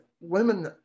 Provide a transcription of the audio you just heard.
women